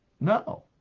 No